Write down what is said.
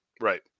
Right